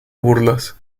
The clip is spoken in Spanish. burlas